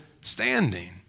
standing